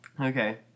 Okay